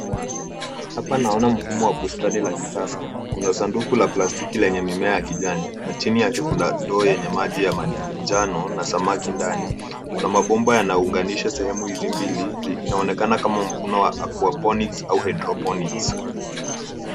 Hapa naona mfumo wa bustani la kisasa, kuna sanduku la plastiki yenye mimea ya kijani na chini yake kuna ndoo yenye maji ya njano na samaki ndani, kuna mabomba yanaunganisha sehemu hizi mbili, linaonekana kama Aquaponics au Hydroponics